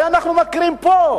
הרי אנחנו מכירים פה,